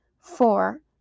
four